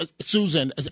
Susan